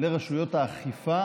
לרשויות האכיפה